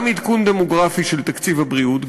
גם עדכון דמוגרפי של תקציב הבריאות,